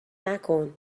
نکن